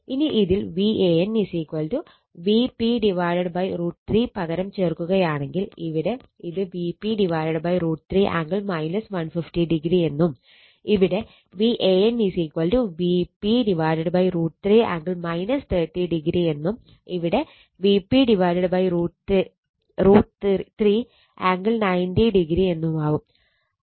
ഇനി ഇതിൽ Van Vp √ 3 പകരം ചേർക്കുകയാണെങ്കിൽ ഇവിടെ ഇത് Vp √ 3 ആംഗിൾ 150o എന്നും ഇവിടെ Van Vp√ 3 ആംഗിൾ 30o എന്നും ഇവിടെ Vp√ 30 ആംഗിൾ 90o എന്നുമാവും